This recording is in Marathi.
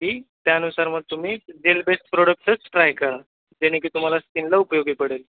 की त्यानुसार मग तुम्ही जेल बेस् प्रोडक्टसच ट्राय करा जेणे करून की तुम्हाला स्कीनला उपयोगी पडेल